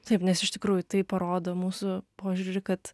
taip nes iš tikrųjų tai parodo mūsų požiūrį kad